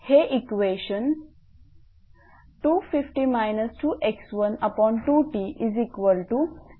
हे equation 250 2x12T0